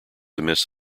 amiss